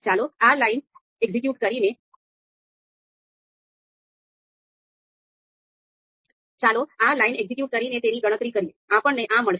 ચાલો આ line execute કરીને તેની ગણતરી કરીએ આપણને આ મળશે